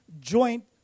joint